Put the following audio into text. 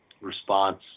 response